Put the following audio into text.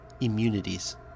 Immunities